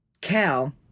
Cal